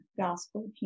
gospel